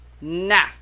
Nah